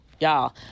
y'all